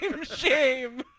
shame